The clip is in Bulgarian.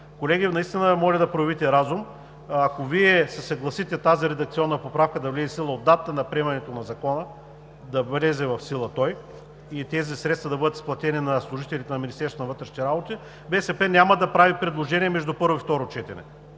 Колеги, наистина моля да проявите разум. Ако Вие се съгласите тази редакционна поправка да влезе в сила от датата на приемането на Закона, и тези средства да бъдат изплатени на служителите на Министерството на вътрешните работи, БСП няма да прави предложения между първо и второ четене,